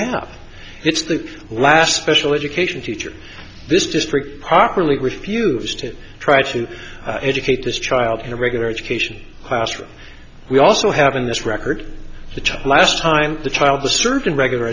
have it's the last special education teacher this district properly refused to try to educate this child in a regular education classroom we also have in this record the child last time the child the served in regular